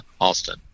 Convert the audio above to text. austin